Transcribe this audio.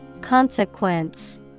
Consequence